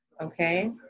okay